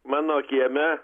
mano kieme